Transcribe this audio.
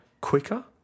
quicker